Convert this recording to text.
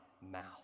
mouth